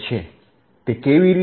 તે કેવી રીતે